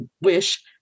wish